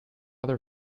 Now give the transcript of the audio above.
other